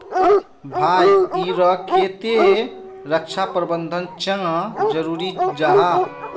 भाई ईर केते रक्षा प्रबंधन चाँ जरूरी जाहा?